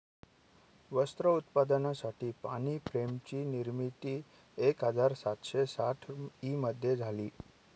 वस्त्र उत्पादनासाठी पाणी फ्रेम ची निर्मिती एक हजार सातशे साठ ई मध्ये झाली